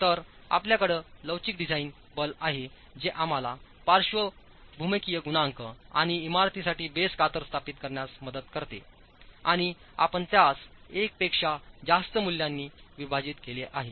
तर आपल्याकडे लवचिक डिझाइन बल आहे जे आम्हाला पार्श्व भूकंपीय गुणांक आणि इमारतीसाठी बेस कातर स्थापित करण्यास मदत करते आणि आपण त्यास 1 पेक्षा जास्त मूल्यांनी विभाजित केले आहे